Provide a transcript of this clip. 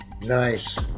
Nice